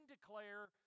declare